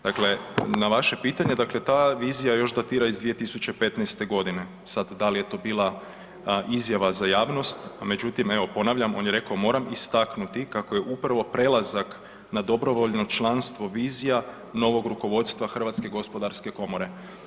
Dakle, na vaše pitanje, dakle ta vizija još datira iz 2015. godine, sada da li je to bila izjava za javnost, međutim evo ponavljam on je rekao moram istaknuti kako je upravo prelazak na dobrovoljno članstvo vizija novog rukovodstva Hrvatske gospodarske komore.